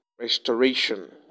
restoration